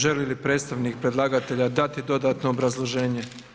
Želi li predstavnik predlagatelja dati dodatno obrazloženje?